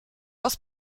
aus